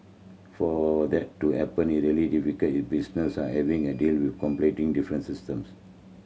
for that to happen it really difficult if business are having a deal with completely different systems